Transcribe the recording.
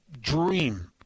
dream